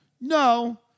No